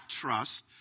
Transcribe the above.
trust